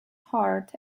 heart